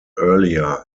earlier